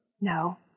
No